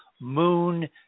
moon